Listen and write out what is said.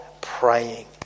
praying